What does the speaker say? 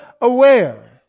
aware